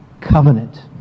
covenant